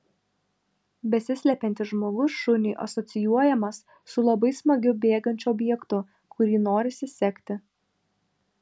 besislepiantis žmogus šuniui asocijuojamas su labai smagiu bėgančiu objektu kurį norisi sekti